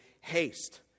haste